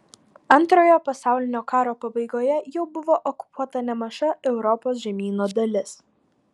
antrojo pasaulinio karo pabaigoje jau buvo okupuota nemaža europos žemyno dalis